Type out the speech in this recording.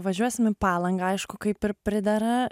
važiuosim į palangą aišku kaip ir pridera